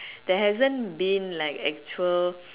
there hasn't been like actual